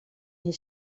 his